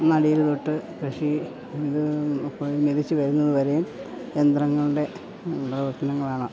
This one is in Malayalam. നടീൽ തൊട്ട് കൃഷി ഇത് മെതിച്ച് വരുന്നതുവരെയും യന്ത്രങ്ങളുടെ പ്രവർത്തനങ്ങളാണ്